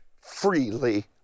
freely